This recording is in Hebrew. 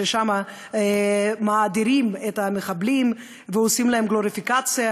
ששם מאדירים את המחבלים ועושים להם גלוריפיקציה,